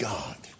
God